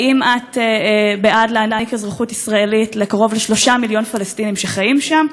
האם את בעד להעניק אזרחות ישראלית לקרוב ל-3 מיליון פלסטינים שחיים שם?